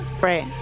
Right